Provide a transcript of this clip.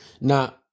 Now